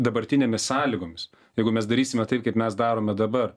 dabartinėmis sąlygomis jeigu mes darysime taip kaip mes darome dabar